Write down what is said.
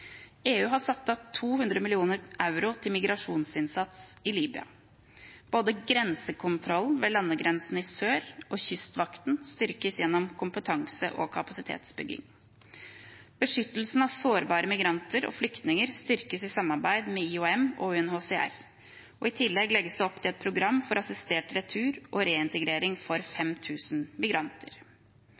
EU har satt av 200 mill. euro til migrasjonsinnsats i Libya. Både grensekontrollen ved landegrensen i sør og Kystvakten styrkes gjennom kompetanse- og kapasitetsbygging. Beskyttelsen av sårbare migranter og flyktninger styrkes i samarbeid med IOM og UNHCR. I tillegg legges det opp til et program for assistert retur og reintegrering for 5 000 migranter.